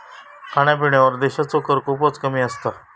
खाण्यापिण्यावर देशाचो कर खूपच कमी असता